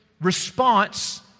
response